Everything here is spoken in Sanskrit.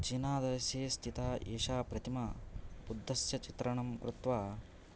चीनादेशे स्थिता एषा प्रतिमा बुद्धस्य चित्रणं कृत्वा